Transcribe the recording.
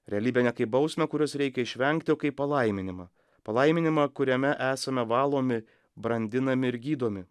realybę ne kaip bausmę kurios reikia išvengti o kaip palaiminimą palaiminimą kuriame esame valomi brandinami ir gydomi